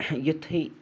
یُتھُے